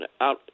out